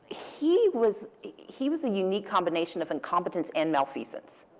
he was he was a unique combination of incompetence and malfeasance.